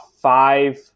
five